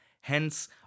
hence